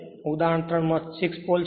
તેથી ઉદાહરણ 3 માં 6 પોલ છે